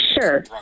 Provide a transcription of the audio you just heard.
Sure